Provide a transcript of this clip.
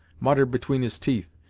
muttered between his teeth,